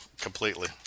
completely